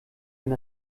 wenn